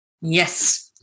Yes